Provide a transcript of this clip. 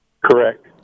Correct